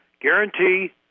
guarantee